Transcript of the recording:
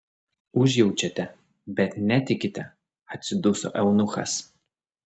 užjaučiate bet netikite atsiduso eunuchas